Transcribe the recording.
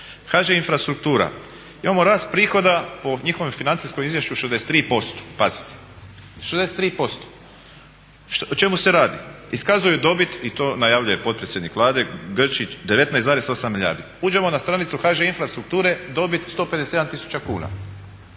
HŽ infrastruktura imamo rast prihoda po njihovom financijskom izvješću 63%, pazite 63%. O čemu se radi? Iskazuju dobit i to najavljuje potpredsjednik Vlade Grčić 19,8 milijardi. Uđemo na stranicu HŽ infrastrukture dobit 157 tisuća kuna.